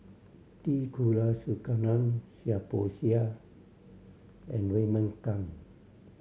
T Kulasekaram Seah Peck Seah and Raymond Kang